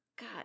God